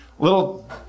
little